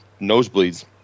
nosebleeds